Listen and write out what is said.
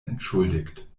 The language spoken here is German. entschuldigt